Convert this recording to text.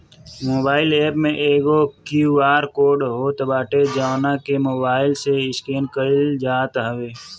mobile app में एगो QR code होत बाटे जवना के मोबाईल से स्केन कईल जात हवे